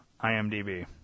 IMDb